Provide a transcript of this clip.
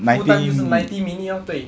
full-time 就是 ninety minute orh 对